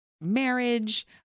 marriage